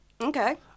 Okay